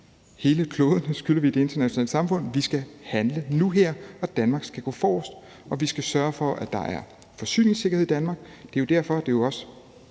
hele kloden, det skylder vi det internationale samfund. Vi skal handle nu her, og Danmark skal gå forrest. Vi skal sørge for, at der er forsyningssikkerhed i Danmark, og det er jo derfor, vi før